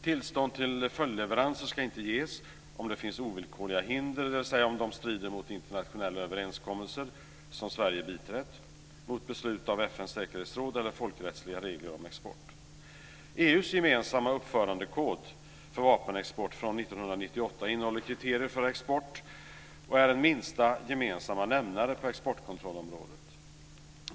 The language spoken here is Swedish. Tillstånd till följdleveranser ska inte ges om det finns ovillkorliga hinder, dvs. om de strider mot internationella överenskommelser som Sverige biträtt, mot beslut av FN:s säkerhetsråd eller folkrättsliga regler om export. EU:s gemensamma uppförandekod för vapenexport från år 1998 innehåller kriterier för export och är en minsta gemensamma nämnare på exportkontrollområdet.